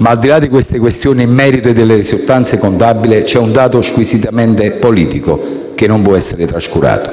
Al di là di tali questioni di merito e delle risultanze contabili, c'è un dato squisitamente politico che non può essere trascurato.